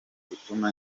gutuma